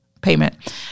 payment